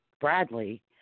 Bradley